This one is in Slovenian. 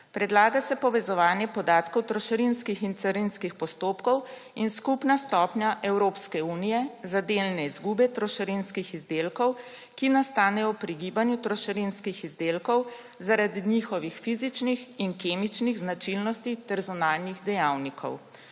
Predlaga se povezovanje podatkov trošarinskih in carinskih postopkov in skupna stopnja Evropske unije za delne izgube trošarinskih izdelkov, ki nastanejo pri gibanju trošarinskih izdelkov zaradi njihovih fizičnih in kemičnih značilnosti ter zunanjih dejavnikov.